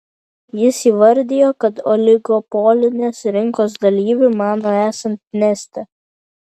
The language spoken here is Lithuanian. jis įvardijo kad oligopolinės rinkos dalyviu mano esant neste